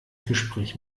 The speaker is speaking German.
gespräch